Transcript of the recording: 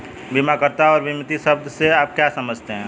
बीमाकर्ता और बीमित शब्द से आप क्या समझते हैं?